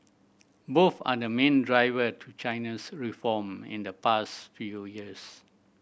both are the main driver to China's reform in the past few years